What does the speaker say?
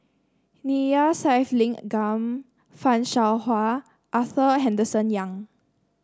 Neila Sathyalingam Fan Shao Hua Arthur Henderson Young